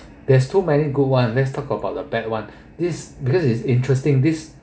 there's too many good one let's talk about the bad one this because it's interesting this